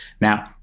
Now